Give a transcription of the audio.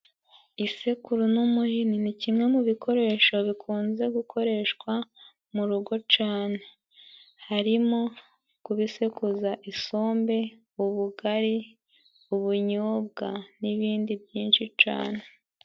Isekuru n'umuhini ni kimwe mu bikoresho bikunze gukoreshwa mu rugo cane. Harimo: kubisekuza isombe, ubugari, ubunyobwa n'ibindi byinshi cane.